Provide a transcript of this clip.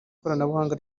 koranabuhanga